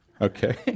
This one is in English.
Okay